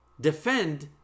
defend